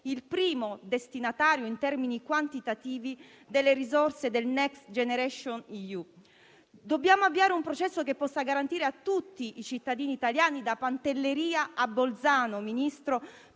il primo destinatario in termini quantitativi delle risorse del Next generation EU. Ministro, dobbiamo avviare un progetto che possa garantire a tutti i cittadini italiani, da Pantelleria a Bolzano, pari